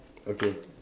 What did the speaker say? okay